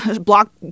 block